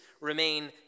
remain